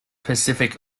pacific